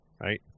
right